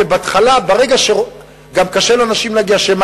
כי בהתחלה גם קשה לאנשים לגשת,